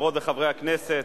חברות וחברי הכנסת,